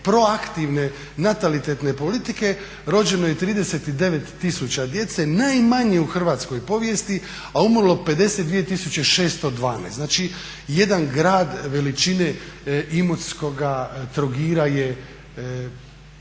proaktivne natalitetne politike rođeno je 39000 djece najmanje u hrvatskoj povijesti a umrlo 52612. Znači, jedan grad veličine Imotskoga, Trogira je